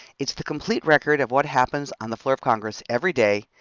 it's the complete record of what happens on the floor of congress every day,